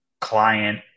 client